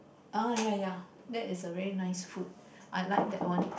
ah ya ya that is a very nice food I like that one